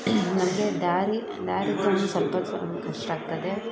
ನಮಗೆ ದಾರಿ ದಾರಿ ಕಷ್ಟ ಆಗ್ತದೆ